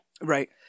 Right